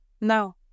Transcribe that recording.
no